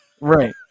right